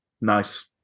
Nice